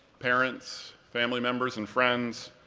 parents, family members, and friends,